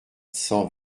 cent